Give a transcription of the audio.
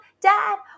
Dad